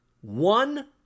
one